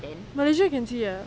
malaysia can see ah